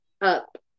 up